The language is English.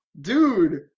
dude